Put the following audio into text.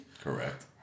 Correct